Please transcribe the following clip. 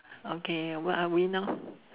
okay where are we now